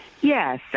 Yes